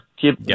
Keep